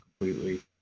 completely